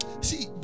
see